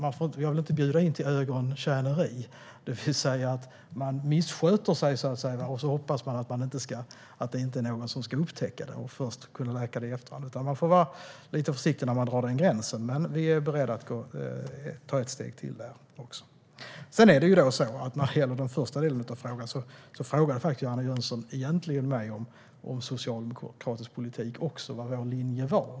Vi vill inte bjuda in till ögontjäneri, det vill säga att man missköter sig och hoppas att inte någon ska upptäcka det och att det sedan ska vara möjligt att läka det i efterhand. Vi får vara lite försiktiga när vi drar denna gräns. Men vi är beredda att ta ett steg till där också. När det gäller den första delen av frågan frågade Johanna Jönsson mig också om socialdemokratisk politik och vad vår linje var.